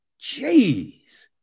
jeez